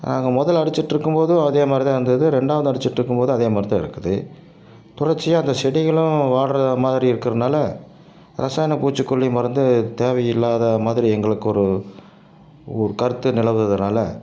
நாங்கள் முதல்ல அடிச்சிகிட்டு இருக்கும் போதும் அதேமாதிரி தான் இருந்தது ரெண்டாவது அடிச்சிகிட்டு இருக்கும் போதும் அதேமாதிரி தான் இருக்குது தொடர்ச்சியாக அந்த செடிகளும் வாடுறமாதிரி இருக்கிறனால இரசாயன பூச்சிக்கொல்லி மருந்து தேவை இல்லாத மாதிரி எங்களுக்கு ஒரு ஒரு கருத்து நிலவுறதுனால